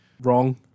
Wrong